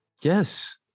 yes